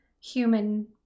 human